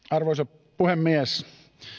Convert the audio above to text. arvoisa puhemies